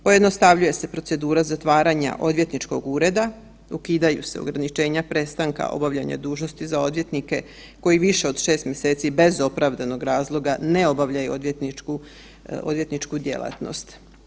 Pojednostavljuje se procedura zatvaranja odvjetničkog ureda, ukidaju se ograničenja prestanka obavljanja dužnosti za odvjetnike koji više od 6. mjeseci bez opravdanog razloga ne obavljaju odvjetničku, odvjetničku djelatnost.